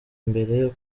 mbere